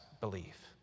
belief